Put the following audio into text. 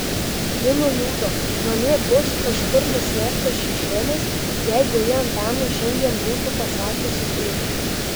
ji nuliūdo namie bus kažkur nuslėptas šešėlis jeigu ji antanui šiandien būtų pasakiusi taip